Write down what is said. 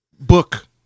book